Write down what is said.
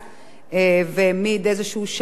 והעמיד איזה שעון חול